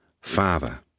father